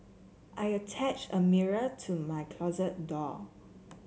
I attached a mirror to my closet door